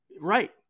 Right